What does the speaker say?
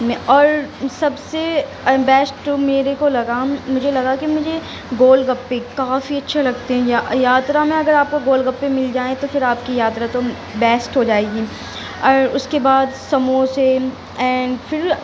میں اور سب سے بیسٹ تو میرے کو لگا مجھے لگا کہ مجھے گول گپے کافی اچھے لگتے ہیں یا یاترا میں اگر آپ کو گول گپے مل جائیں تو پھر آپ کی یاترا تو بیسٹ ہوجائے گی اور اس کے بعد سموسے اینڈ پھر